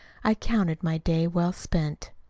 i counted my day well spent.